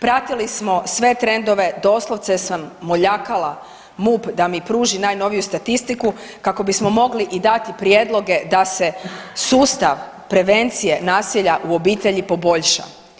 Pratili smo sve trendove, doslovce sa moljakala MUP da mi pruži najnoviju statistiku kako bismo mogli i dati prijedloge da se sustav prevencije nasilja u obitelji poboljša.